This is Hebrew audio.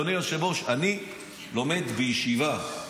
אדוני היושב-ראש: אני לומד בישיבה,